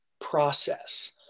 process